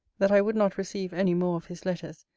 that i would not receive any more of his letters,